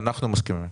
אנחנו מסכימים.